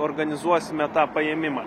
organizuosime tą paėmimą